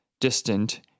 distant